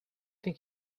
think